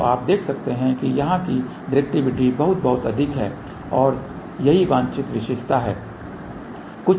तो आप देख सकते हैं कि यहां की डायरेक्टिविटी बहुत बहुत अधिक है और यही वांछित विशेषता है